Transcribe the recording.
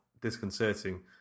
disconcerting